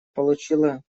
получила